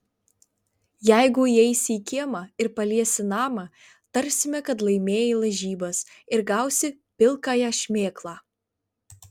jeigu įeisi į kiemą ir paliesi namą tarsime kad laimėjai lažybas ir gausi pilkąją šmėklą